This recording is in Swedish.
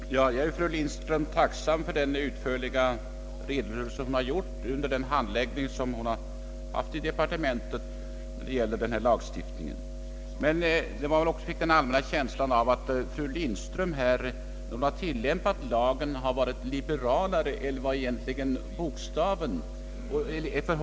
Herr talman! Jag är fru Lindström tacksam för denna utförliga redogörelse för den handläggning hon haft i departementet då det gällt denna lagstiftning. Jag har en känsla av att fru Lindström har varit liberalare än vad lagens bokstav är.